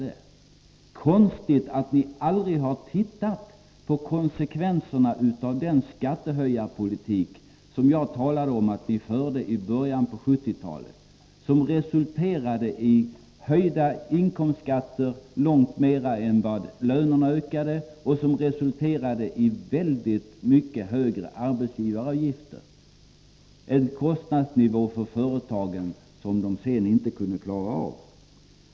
Det är konstigt att ni aldrig har sett på konsekvenserna av den skattepolitik som jag talade om att ni förde i början av 1970-talet och som resulterade i höjda inkomstskatter — långt mer än lönerna ökade — och väsentligt höjda arbetsgivaravgifter. Detta medförde en kostnadsnivå för företagen som de sedan inte kunde klara av.